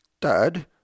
Dad